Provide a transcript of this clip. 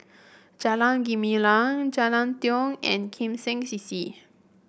Jalan Gumilang Jalan Tiong and Kim Seng C C